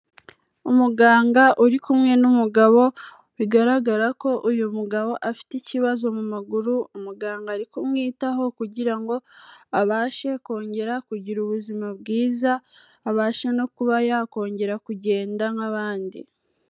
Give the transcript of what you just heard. Umuganga uri kumwe n'umugabo, bigaragara ko uyu mugabo afite ikibazo mu maguru, umuganga ari kumwitaho kugira ngo abashe kongera kugira ubuzima bwiza, abashe no kuba yakongera kugenda nk'abandi.